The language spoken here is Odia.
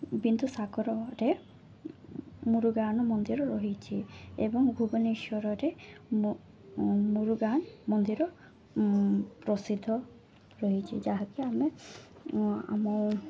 ବିନ୍ଦୁସାଗରରେ ଗୋଟେ ମୁରୁଗାନ ମନ୍ଦିର ରହିଛିି ଏବଂ ଭୁବନେଶ୍ୱରରେ ମୁରୁଗାନ୍ ମନ୍ଦିର ପ୍ରସିଦ୍ଧ ରହିଛି ଯାହାକି ଆମେ ଆମ